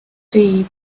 day